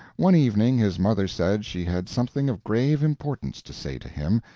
one evening his mother said she had something of grave importance to say to him,